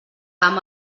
amb